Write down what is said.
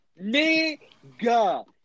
nigga